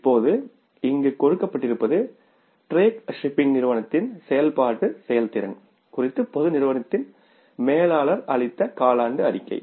இப்போது இங்கே கொடுக்கப்பட்டிருப்பது டிரேக் ஷிப்பிங் நிறுவனத்தின் செயல்பாட்டு செயல்திறன் குறித்து பொது நிறுவனத்தின் மேலாளர் அழித்த காலாண்டு அறிக்கை